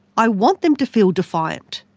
i want them to feel defiant.